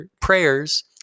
prayers